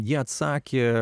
jie atsakė